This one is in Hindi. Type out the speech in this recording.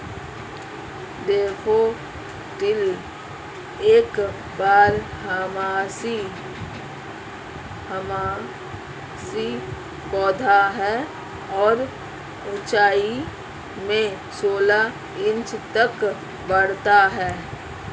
डैफोडिल एक बारहमासी पौधा है और ऊंचाई में सोलह इंच तक बढ़ता है